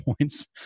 points